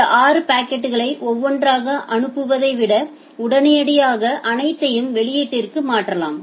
இந்த 6 பாக்கெட்களை ஒவ்வொன்றாக அனுப்புவதை விட உடனடியாக அனைத்தையும் வெளியீட்டிற்கு மாற்றலாம்